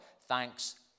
Thanks